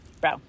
Bro